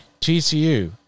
TCU